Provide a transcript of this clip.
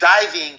diving